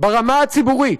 ברמה הציבורית,